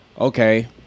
okay